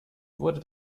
wurde